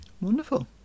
Wonderful